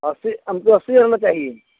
और फिर रहना चाहिए